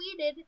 tweeted